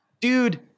Dude